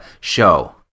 show